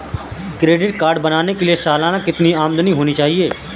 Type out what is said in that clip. Credit card बनाने के लिए सालाना कितनी आमदनी होनी चाहिए?